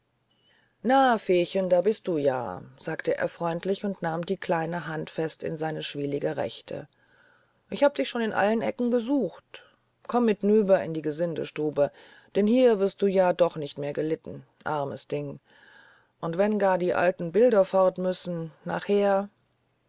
na feechen da bist du ja sagte er freundlich und nahm ihre kleine hand fest in seine schwielige rechte ich hab dich schon in allen ecken gesucht komm mit nüber in die gesindestube denn hier wirst du ja doch nicht mehr gelitten armes ding wenn gar die alten bilder fort müssen nachher